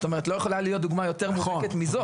לא יכולה להיות דוגמא יותר מוצדקת מזו.